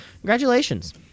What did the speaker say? Congratulations